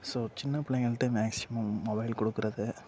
so சின்ன பிள்ளைங்கள்ட்ட maximum mobile கொடுக்குறது